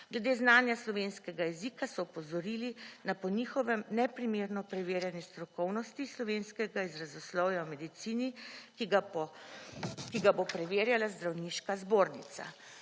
Glede znanja slovenskega jezika so opozorili, da po njihovem neprimerno preverjanje strokovnosti slovenskega izrazoslovja v medicini, ki ga bo preverjala zdravniška zbornica.